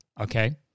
okay